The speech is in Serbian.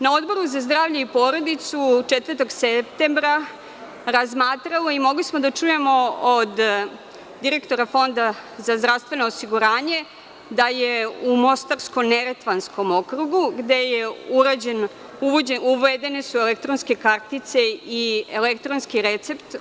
Na Odboru za zdravlje i porodicu 4. septembra razmatralo se i mogli smo da čujemo od direktora Fonda za zdravstveno osiguranje da je u Mostarsko-Neretvanskom okrugu uvedene su elektronske kartice i elektronski recept.